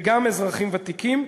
וגם אזרחים ותיקים,